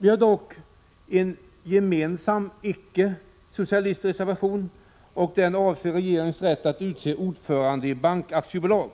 Vi har dock en gemensam icke-socialistisk reservation, och den avser regeringens rätt att utse ordförande i bankaktiebolag.